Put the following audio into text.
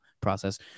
process